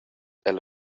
ella